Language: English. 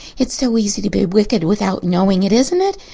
it's so easy to be wicked without knowing it, isn't it?